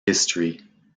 history